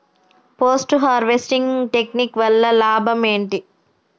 Post harvesting technique వల్ల లాభం ఏంటి?